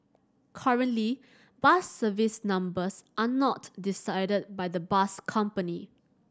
currently bus service numbers are not decided by the bus company